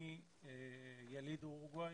אני יליד אורוגואי,